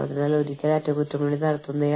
US അതിനെ zip കോഡുകൾ എന്ന് വിളിക്കുന്നു